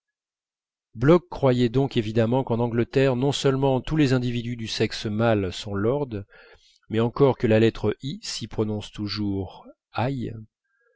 bloch croyait donc évidemment qu'en angleterre non seulement tous les individus du sexe mâle sont lords mais encore que la lettre i s'y prononce toujours aï